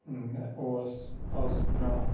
مےٚ اوس آز برونٛہہ